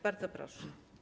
Bardzo proszę.